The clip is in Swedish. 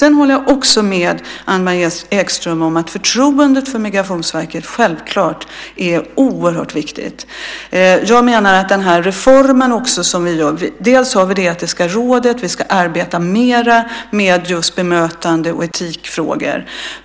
Sedan håller jag också med Anne-Marie Ekström om att förtroendet för Migrationsverket självklart är oerhört viktigt. Vi har det etiska rådet. Vi ska arbeta mer med bemötande och etikfrågor.